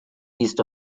east